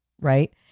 right